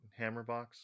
Hammerbox